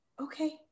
okay